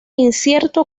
incierto